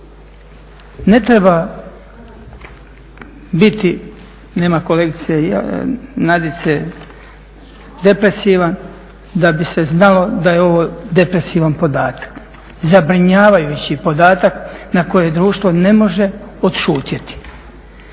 Ne treba biti, nema kolegice Nadice depresivan da bi se znalo da je ovo depresivan podatak, zabrinjavajući podatak na koje društvo ne može odšutjeti.